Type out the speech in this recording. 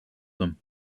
them